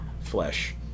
flesh